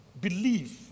believe